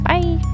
Bye